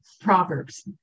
Proverbs